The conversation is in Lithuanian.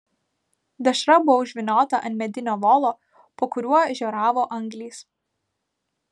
dešra buvo užvyniota ant medinio volo po kuriuo žioravo anglys